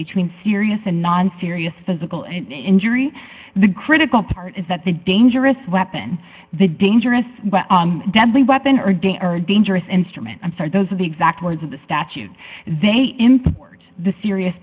between serious and non serious physical injury the critical part is that the dangerous weapon the dangerous deadly weapon or dangerous instrument i'm sorry those are the exact words of the statute they import the serious